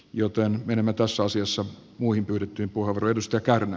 joten menemme tässä asiassa muihin pyydettyihin puheenvuoroihin